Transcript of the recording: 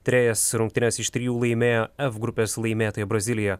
trejas rungtynes iš trijų laimėjo f grupės laimėtoja brazilija